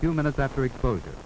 few minutes after exposure